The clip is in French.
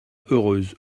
heureuse